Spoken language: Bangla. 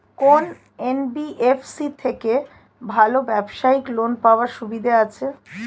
কোন এন.বি.এফ.সি থেকে ভালো ব্যবসায়িক লোন পাওয়ার সুবিধা আছে?